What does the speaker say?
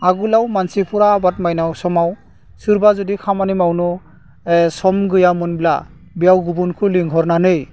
आगोलाव मानसिफोरा आबाद मावनाय समाव सोरबा जुदि खामानि मावनो सम गैयामोनब्ला बेयाव गुबुनखौ लिंहरनानै